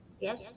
Yes